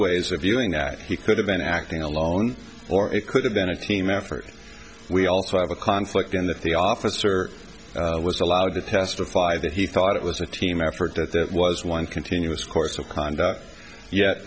ways of viewing that he could have been acting alone or it could have been a team effort we also have a conflict in the three officers was allowed to testify that he thought it was a team effort that that was one continuous course of conduct yet